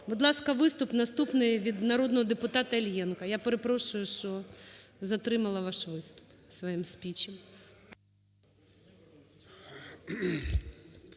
Будь ласка, виступ наступний від народного депутата Іллєнка. Я перепрошую, що затримала ваш виступ своїм спічем.